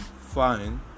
fine